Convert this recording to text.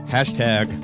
Hashtag